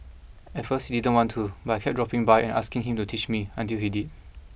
at first he didn't want to but I kept dropping by and asking him to teach me until he did